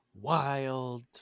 Wild